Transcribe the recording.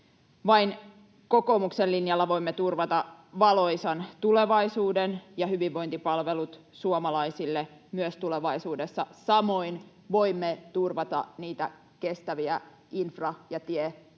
Vain kokoomuksen linjalla voimme turvata valoisan tulevaisuuden ja hyvinvointipalvelut suomalaisille myös tulevaisuudessa, samoin voimme turvata niitä kestäviä infra-, tie-